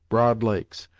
broad lakes,